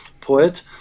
poet